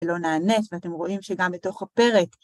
ולא נענית, ואתם רואים שגם בתוך הפרק.